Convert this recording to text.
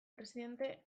presidente